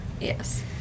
Yes